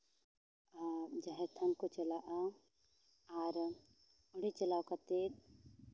ᱟᱨ ᱡᱟᱦᱮᱨ ᱛᱷᱟᱱ ᱠᱚ ᱪᱟᱞᱟᱜᱼᱟ ᱟᱨ ᱚᱸᱰᱮ ᱪᱟᱞᱟᱣ ᱠᱟᱛᱮᱫ